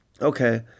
Okay